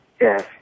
yes